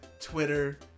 Twitter